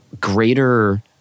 greater